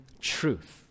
truth